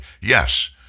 yes